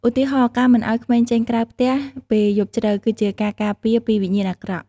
ឧទាហរណ៍ ការមិនឲ្យក្មេងចេញក្រៅផ្ទះពេលយប់ជ្រៅ គឺជាការការពារពីវិញ្ញាណអាក្រក់ ។